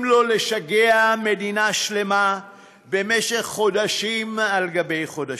לו לשגע מדינה שלמה במשך חודשים על חודשים,